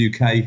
UK